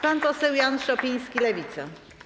Pan poseł Jan Szopiński, Lewica.